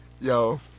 yo